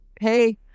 hey